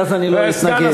ואז אני לא אתנגד.